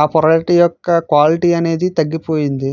ఆ ప్రోడక్ట్ యొక్క క్వాలిటీ అనేది తగ్గిపోయింది